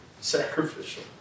sacrificial